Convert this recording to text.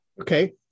okay